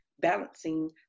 balancing